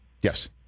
Yes